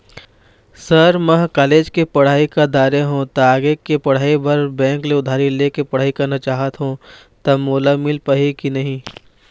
Sir म ह college के पढ़ाई कर दारें हों ता आगे के पढ़ाई बर बैंक ले उधारी ले के पढ़ाई करना चाहत हों ता मोला मील पाही की नहीं?